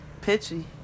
Pitchy